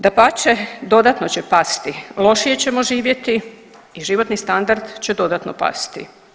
Dapače dodatno će pasti, lošije ćemo živjeti i životni standard će dodatno pasti.